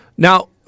Now